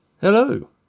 Hello